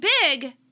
big